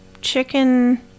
chicken